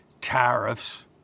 tariffs